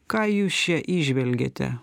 ką jūs čia įžvelgiate